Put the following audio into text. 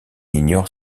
ignore